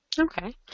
Okay